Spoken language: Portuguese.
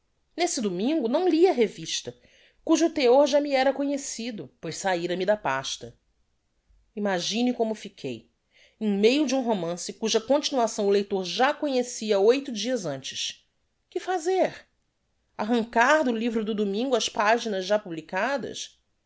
nesse domingo não li a revista cujo teor já me era conhecido pois sahira me da pasta imagine como fiquei em meio de um romance cuja continuação o leitor já conhecia oito dias antes que fazer arrancar do livro do domingo as paginas já publicadas